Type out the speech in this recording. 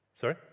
Sorry